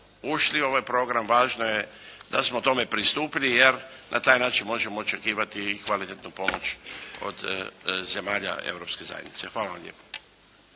ušli u ovaj Program, važno je da smo tome pristupili, jer na taj način možemo očekivati i kvalitetnu pomoć od zemalja Europske zajednice. Hvala vam lijepo.